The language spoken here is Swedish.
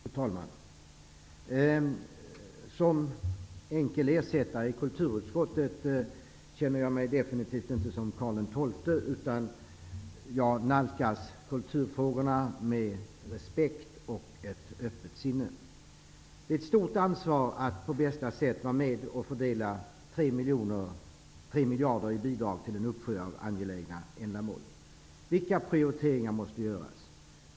Fru talman! Som enkel ersättare i kulturutskottet känner jag mig definitivt inte som Karl XII. Jag nalkas kulturfrågorna med respekt och ett öppet sinne. Det är ett stort ansvar att på bästa sätt fördela 3 miljarder i bidrag till en uppsjö av angelägna ändamål. Vilka prioriteringar måste göras?